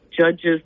judges